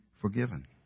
forgiven